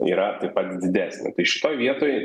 yra taip pat didesnė tai šitoj vietoj